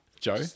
Joe